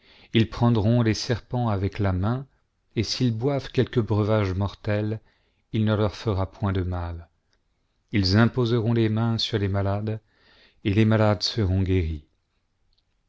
ils prendront les serpents avec la main et s'ils boivent quelque breuvage mortel il ne leur fera point de mal ils imposeront les mains sur les malades et les malades seront guéris